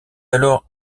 alors